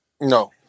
No